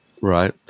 Right